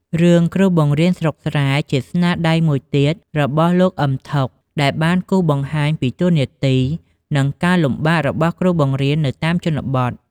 រឿងគ្រូបង្រៀនស្រុកស្រែ ជាស្នាដៃមួយទៀតរបស់ លោក អ៊ឹម ថុក ដែលបានគូសបង្ហាញពីតួនាទី និងការលំបាករបស់គ្រូបង្រៀននៅតាមជនបទ។